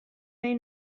nahi